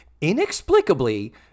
inexplicably